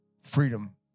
freedom